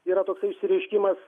yra toks išsireiškimas